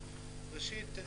ראשית,